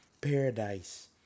Paradise